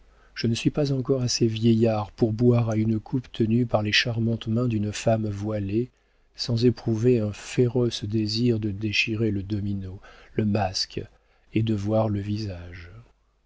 je ne suis pas encore assez vieillard pour boire à une coupe tenue par les charmantes mains d'une femme voilée sans éprouver un féroce désir de déchirer le domino le masque et de voir le visage